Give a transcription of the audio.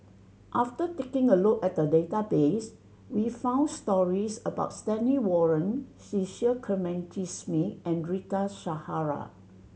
after taking a look at database we found stories about Stanley Warren Cecil Clementi Smith and Rita Zahara